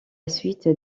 suite